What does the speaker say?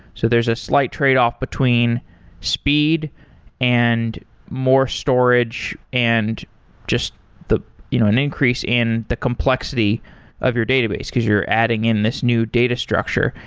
so there's a slight tradeoff between speed and more storage and just an you know an increase in the complexity of your database, because you're adding in this new data structure.